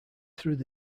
through